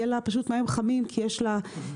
יהיה לה פשוט מים חמים כי יש לה שמש,